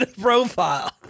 profile